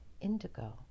indigo